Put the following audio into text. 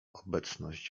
obecność